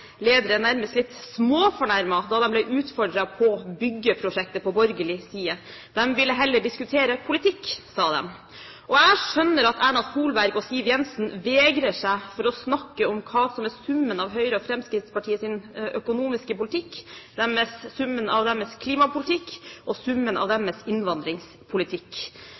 ledere nærmest litt småfornærmet da de ble utfordret på byggeprosjektet på borgerlig side. De ville heller diskutere politikk, sa de. Jeg skjønner at Erna Solberg og Siv Jensen vegrer seg for å snakke om hva som er summen av Høyres og Fremskrittspartiets økonomiske politikk, summen av deres klimapolitikk og summen av deres innvandringspolitikk.